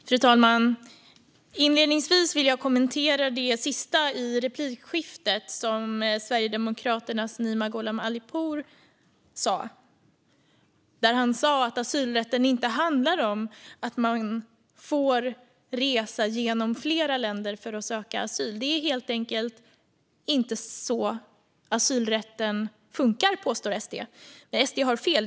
Fru talman! Inledningsvis vill jag kommentera det sista som Sverigedemokraternas Nima Gholam Ali Pour sa i replikskiftet, att asylrätten inte handlar om att man får resa genom flera länder för att söka asyl. Det är helt enkelt inte så asylrätten funkar, påstår SD. Men SD har fel.